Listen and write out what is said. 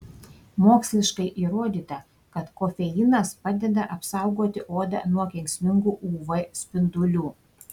moksliškai įrodyta kad kofeinas padeda apsaugoti odą nuo kenksmingų uv spindulių